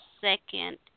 second